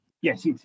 Yes